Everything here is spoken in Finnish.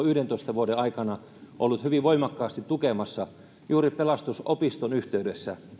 yhdentoista vuoden aikana ollut hyvin voimakkaasti tukemassa juuri pelastusopiston yhteydessä